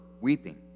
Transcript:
weeping